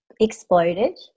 exploded